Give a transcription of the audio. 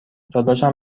داداشم